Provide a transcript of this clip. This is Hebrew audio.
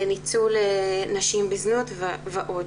ניצול נשים בזנות ועוד.